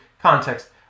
context